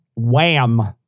Wham